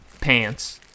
pants